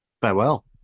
Farewell